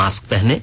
mask पहनें